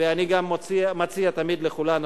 ואני גם מציע תמיד לכולנו,